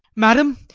madam,